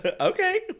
Okay